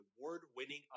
award-winning